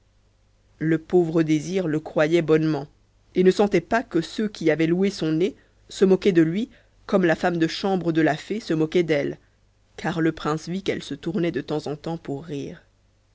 le pauvre désir le croyait bonnement et ne sentait pas que ceux qui avaient loué son nez se moquaient de lui comme la femme de chambre de la fée se moquait d'elle car le prince vit qu'elle se retournait de temps en temps pour rire